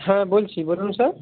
হ্যাঁ বলছি বলুন স্যার